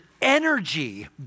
energy